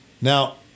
Now